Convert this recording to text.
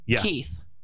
Keith